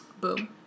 Boom